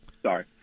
Sorry